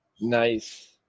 Nice